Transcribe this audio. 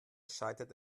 scheitert